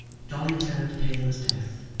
dolly turned pale as death,